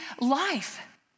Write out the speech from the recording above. life